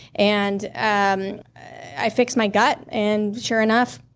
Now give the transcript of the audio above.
and um i fixed my gut and, sure enough,